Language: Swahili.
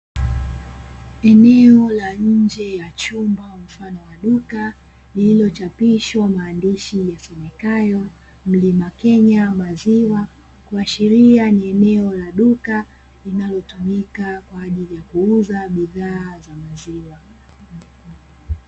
Eneo la nje mfano wa duka lililochapishwa maandishi yasomekayo mlima Kenya maziwa likiashiria ni eneo la duka linalotumika kwajili ya kuuza bidhaa za maziwa.